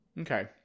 Okay